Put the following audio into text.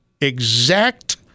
exact